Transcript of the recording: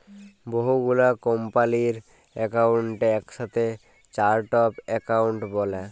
বহু গুলা কম্পালির একাউন্টকে একসাথে চার্ট অফ একাউন্ট ব্যলে